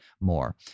more